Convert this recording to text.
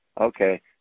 okay